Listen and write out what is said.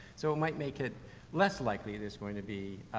so it might make it less likely there's going to be,